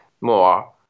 more